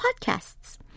podcasts